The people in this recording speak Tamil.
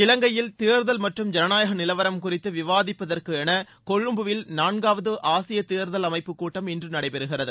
இலங்கையில் தேர்தல் மற்றும் ஜனநாயக நிலவரம் குறித்து விவாதிப்பதற்கென கொழும்பில் நான்காவது ஆசிய தேர்தல் அமைப்பு கூட்டம் இன்று நடைபெறுகிறது